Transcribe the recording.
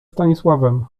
stanisławem